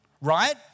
right